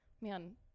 man